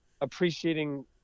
appreciating